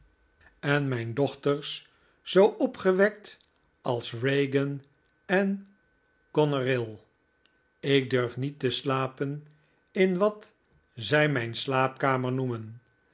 en mijn dochters zoo opgewekt als regan en goneril ik durf niet te slapen in wat zij mijn slaapkamer noemen